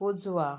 उजवा